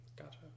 Gotcha